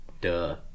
Duh